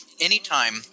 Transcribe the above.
anytime